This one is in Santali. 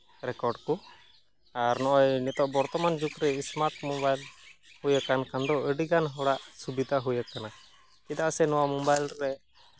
ᱨᱮᱠᱳᱨᱰ ᱠᱚ ᱟᱨ ᱱᱚᱜᱼᱚᱸᱭ ᱱᱤᱛᱚᱜ ᱵᱚᱨᱛᱚᱢᱟᱱ ᱡᱩᱜᱽ ᱨᱮ ᱥᱢᱟᱨᱴ ᱢᱳᱵᱟᱭᱤᱞ ᱦᱩᱭ ᱟᱠᱟᱱ ᱠᱷᱟᱱ ᱫᱚ ᱟᱹᱰᱤᱜᱟᱱ ᱦᱚᱲᱟᱜ ᱥᱩᱵᱤᱫᱷᱟ ᱦᱩᱭ ᱠᱟᱱᱟ ᱪᱮᱫᱟᱜ ᱥᱮ ᱱᱚᱣᱟ ᱢᱳᱵᱟᱭᱤᱞ ᱨᱮ